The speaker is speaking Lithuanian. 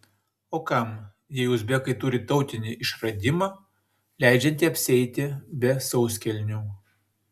o kam jei uzbekai turi tautinį išradimą leidžiantį apsieiti be sauskelnių